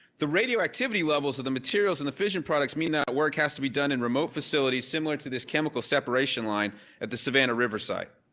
the radioactivity levels of the materials in the fission products mean that work has to be done in remote facilities similar to this chemical separation line at the savannah riverside.